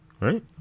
right